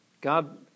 God